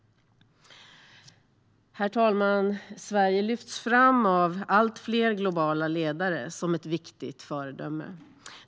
Herr talman! Sverige lyfts fram av allt fler globala ledare som ett viktigt föredöme.